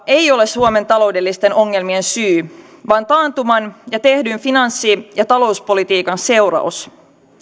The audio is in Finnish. ei ole suomen taloudellisten ongelmien syy vaan taantuman ja tehdyn finanssi ja talouspolitiikan seuraus